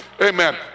Amen